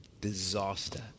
disaster